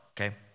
okay